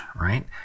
right